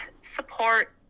support